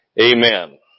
Amen